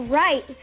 right